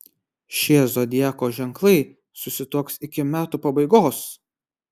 šie zodiako ženklai susituoks iki metų pabaigos